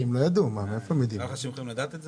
שמן טורבינה הוא לא שמן שמתאים לשנות אותו